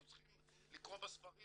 אנחנו צריכים לקרוא את זה בספרים,